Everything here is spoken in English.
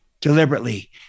deliberately